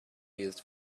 used